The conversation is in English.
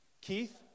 Keith